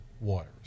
waters